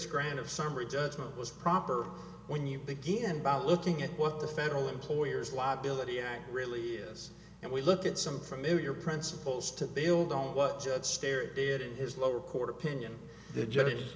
grand of summary judgment was proper when you begin by looking at what the federal employer's liability act really is and we look at some familiar principles to build on what judge stare did in his lower court opinion the judge